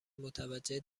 متوجه